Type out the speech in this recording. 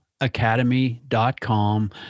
Academy.com